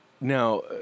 Now